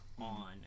on